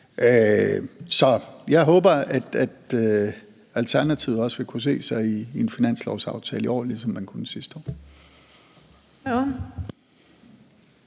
Så jeg håber, at Alternativet også vil kunne se sig i en finanslovsaftale i år, ligesom man kunne sidste år.